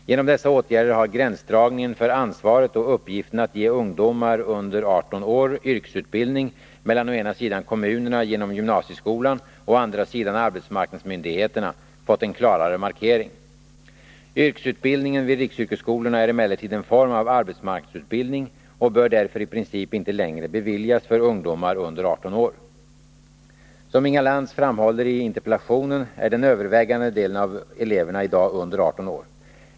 Genom dessa åtgärder har gränsdragningen för ansvaret och uppgiften att ge ungdomar under 18 år yrkesutbildning mellan å ena sidan kommunerna genom gymnasieskolan och å andra sidan arbetsmarknadsmyndigheterna fått en klarare markering. Yrkesutbildningen vid riksyrkesskolorna är emellertid en form av arbetsmarknadsutbildning och bör därför i princip inte längre beviljas för ungdomar under 18 år. Som Inga Lantz framhåller i interpellationen är den övervägande delen av eleverna i dag under 18 år.